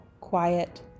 quiet